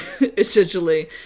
essentially